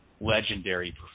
legendary